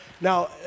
Now